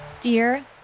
Dear